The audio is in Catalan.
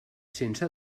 sense